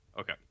Okay